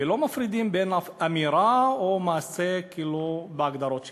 ולא מפרידים בין אמירה או מעשה בהגדרות שלהם.